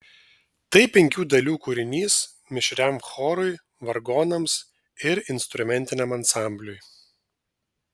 tai penkių dalių kūrinys mišriam chorui vargonams ir instrumentiniam ansambliui